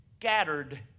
scattered